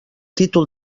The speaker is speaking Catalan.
títol